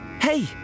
Hey